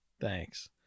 Thanks